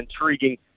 intriguing